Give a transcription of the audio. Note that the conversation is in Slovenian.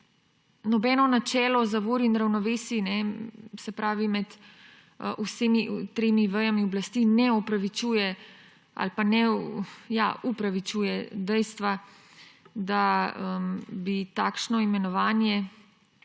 nobeno načelo zavor in ravnovesij med vsemi tremi vejami oblasti ne upravičuje dejstva, da bi takšno imenovanje